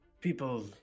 people